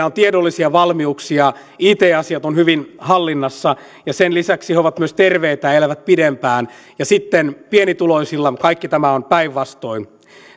on tiedollisia valmiuksia it asiat ovat hyvin hallinnassa ja sen lisäksi he ovat myös terveitä elävät pidempään ja sitten pienituloisilla kaikki tämä on päinvastoin